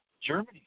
Germany